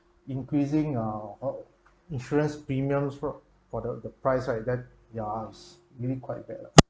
increasing uh oo insurance premiums oo for for the price right then ya it's really quite bad ah